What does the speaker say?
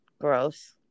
gross